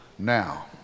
Now